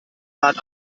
bad